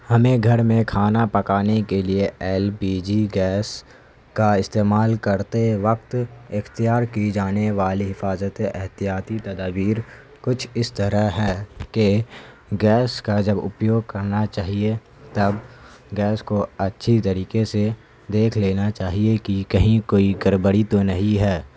ہمیں گھر میں کھانا پکانے کے لیے ایل پی جی گیس کا استعمال کرتے وقت اختیار کی جانے والی حفاظتی احتیاطی تدابیر کچھ اس طرح ہیں کہ گیس کا جب اپیوگ کرنا چاہیے تب گیس کو اچھی طریقے سے دیکھ لینا چاہیے کہ کہیں کوئی گڑبڑی تو نہیں ہے